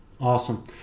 Awesome